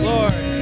Lord